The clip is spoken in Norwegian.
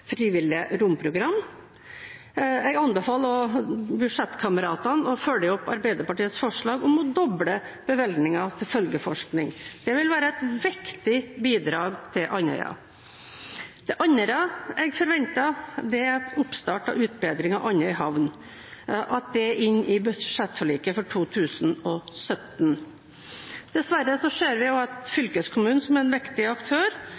frivillige romprogram. Jeg anbefaler budsjettkameratene å følge opp Arbeiderpartiets forslag om å doble bevilgningen til følgeforskning. Det vil være et viktig bidrag til Andøya. Det andre jeg forventer, er at oppstart og utbedring av Andøy havn kommer inn i budsjettforliket for 2017. Dessverre ser vi at fylkeskommunen, som er en viktig aktør,